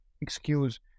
excuse